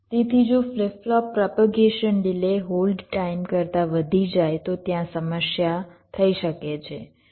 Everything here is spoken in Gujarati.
તેથી જો flip flop propagation delay hold time કરતા વધી જાય તો ત્યાં સમસ્યા થઇ શકે છે